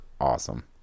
awesome